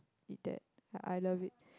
eat that ya I love it